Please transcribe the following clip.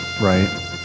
Right